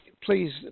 please